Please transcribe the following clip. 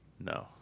No